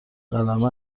قلمه